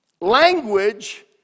language